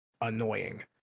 annoying